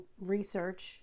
research